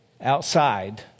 outside